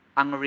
ang